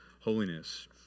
holiness